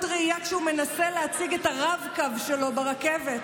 ראייה כשהוא מנסה להציג את הרב-קו שלו ברכבת,